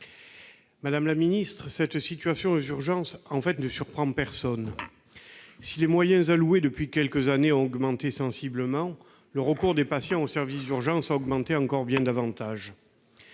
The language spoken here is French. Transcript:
Madame la ministre, cette situation ne surprend personne. Si les moyens alloués depuis quelques années ont augmenté sensiblement, le recours des patients aux services d'urgences a augmenté davantage